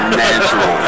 natural